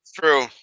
True